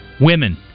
women